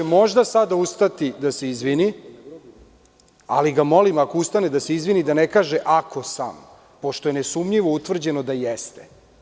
Možda će sada ustati da se izvini, ali ga molim da ako ustane da se izvini da ne kaže – ako sam, pošto je ne sumnjivo utvrđeno da jeste.